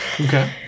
Okay